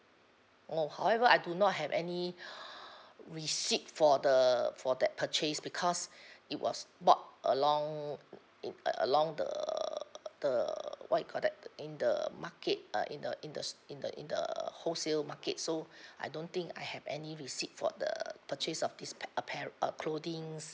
oh however I do not have any receipt for the for that purchase because it was bought along uh in uh uh along the err the err what we call that in the market uh in the in the st~ in the in the wholesale market so I don't think I have any receipt for the purchase of this pa~ apparel uh clothings